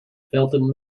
felton